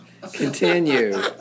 continue